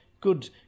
good